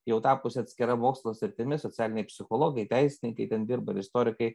jau tapusi atskira mokslo sritimi socialiniai psichologai teisininkai ten dirba ir istorikai